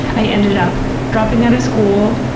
i ended up dropping out of school,